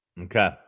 okay